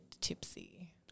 tipsy